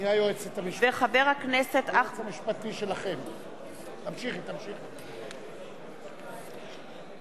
הצעת חוק למניעת פגיעה במדינת ישראל